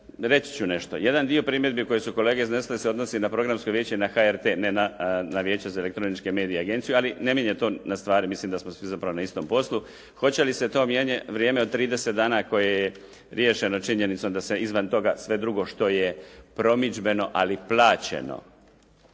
Reći ću nešto. Jedan dio primjedbi koje su kolege iznijele se odnosi na programsko vijeće na HRT a ne na Vijeće za elektroničke medije i agenciju ali ne mijenja to na stvari, mislim da smo svi zapravo na istom poslu. Hoće li se to vrijeme od trideset dana koje je riješeno činjenicom da se izvan toga sve drugo što je promidžbeno ali plaćeno,